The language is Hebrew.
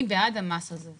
אני בעד המס הזה.